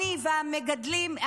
אני והמגדלים,